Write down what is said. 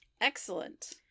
Excellent